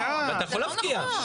אתה יכול להפקיע.